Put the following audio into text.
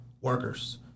workers